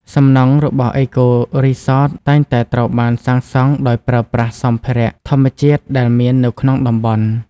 សំណង់របស់ អេកូរីសត តែងតែត្រូវបានសាងសង់ដោយប្រើប្រាស់សម្ភារៈធម្មជាតិដែលមាននៅក្នុងតំបន់។